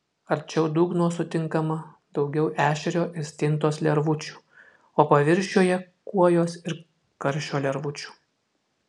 arčiau dugno sutinkama daugiau ešerio ir stintos lervučių o paviršiuje kuojos ir karšio lervučių